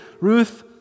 Ruth